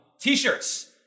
t-shirts